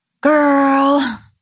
Girl